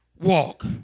walk